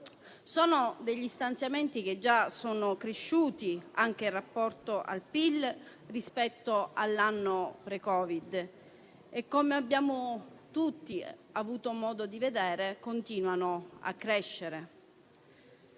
2030. Tali stanziamenti sono cresciuti anche in rapporto al PIL rispetto all'anno pre-Covid e - come abbiamo tutti avuto modo di vedere - continuano a crescere.